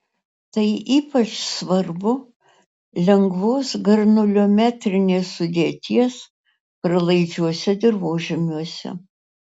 tai ypač svarbu lengvos granuliometrinės sudėties pralaidžiuose dirvožemiuose